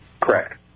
correct